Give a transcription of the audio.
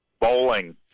bowling